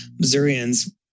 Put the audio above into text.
Missourians